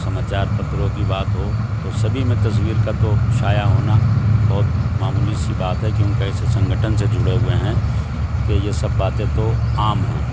سماچار پتروں کی بات ہو تو سبھی میں تصویر کا تو شائع ہونا بہت معمولی سی بات ہے کیوں کہ ایسے سنگٹھن سے جڑے ہوئے ہیں کہ یہ سب باتیں تو عام ہیں